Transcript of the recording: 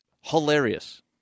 Hilarious